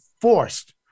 forced